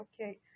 okay